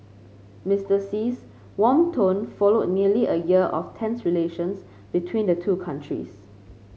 Mister Xi's warm tone followed nearly a year of tense relations between the two countries